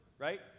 right